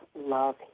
love